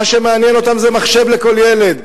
מה שמעניין אותם זה מחשב לכל ילד.